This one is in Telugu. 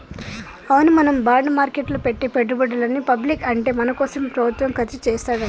అవును మనం బాండ్ మార్కెట్లో పెట్టే పెట్టుబడులని పబ్లిక్ అంటే మన కోసమే ప్రభుత్వం ఖర్చు చేస్తాడంట